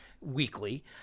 weekly